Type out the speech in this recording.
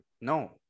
no